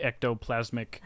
ectoplasmic